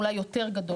אולי יותר גדול.